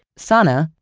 sana,